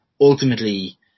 ultimately